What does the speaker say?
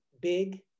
big